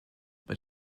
but